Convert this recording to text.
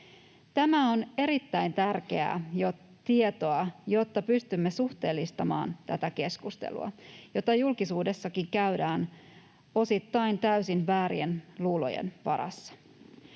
Tämä on erittäin tärkeää tietoa, jotta pystymme suhteellistamaan tätä keskustelua, jota julkisuudessakin käydään osittain täysin väärien luulojen varassa.